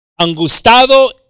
Angustado